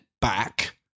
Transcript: back